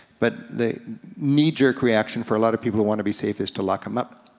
but the knee-jerk reaction for a lot of people who wanna be safe is to lock em up.